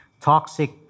toxic